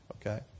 Okay